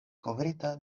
kovrita